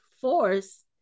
force